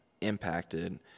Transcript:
impacted